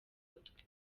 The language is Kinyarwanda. mutwe